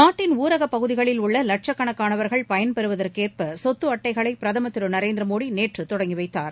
நாட்டின் ஊரக பகுதிகளில் உள்ள லட்சக்கணக்கானவர்கள் பயன்பெறவதற்கேற்ப சொத்து அட்டடகளை பிரதமர் திருநரேந்திர மோடி நேற்று தொடங்கி வைத்தார்